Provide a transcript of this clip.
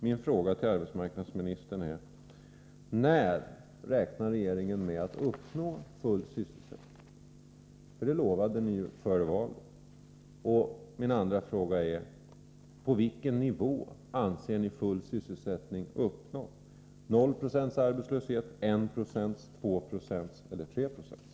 Min fråga till arbetsmarknadsministern är: När räknar regeringen med att uppnå full sysselsättning? Ni lovade ju full sysselsättning före valet. Min andra fråga är: Vid vilken nivå anser ni full sysselsättning uppnådd — vid 0 26 arbetslöshet, vid 1 96, 2 6 eller 3 Zo arbetslöshet?